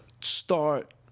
start